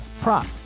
prop